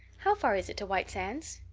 how far is it to white sands?